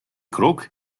крок